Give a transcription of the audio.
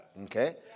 Okay